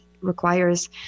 requires